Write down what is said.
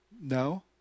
No